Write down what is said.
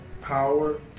Power